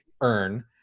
earn